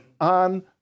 on